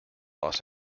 los